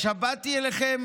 באתי אליכם,